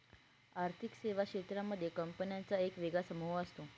आर्थिक सेवा क्षेत्रांमध्ये कंपन्यांचा एक वेगळा समूह असतो